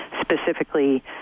specifically